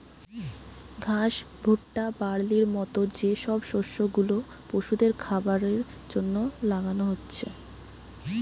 ঘাস, ভুট্টা, বার্লির মত যে সব শস্য গুলা পশুদের খাবারের জন্যে লাগানা হচ্ছে